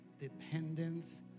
dependence